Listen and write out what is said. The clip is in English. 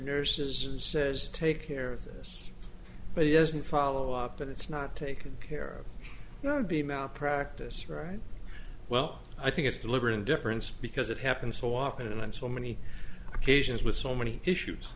nurses and says take care of this but he doesn't follow up and it's not taken care not to be malpractise right well i think it's deliberate indifference because it happened so often and so many occasions with so many issues